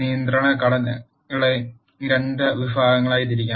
നിയന്ത്രണ ഘടനകളെ 2 വിഭാഗങ്ങളായി തിരിക്കാം